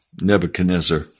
Nebuchadnezzar